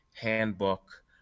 handbook